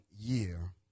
year